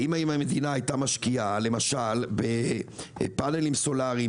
ואם המדינה הייתה משקיעה למשל בפנלים סולריים,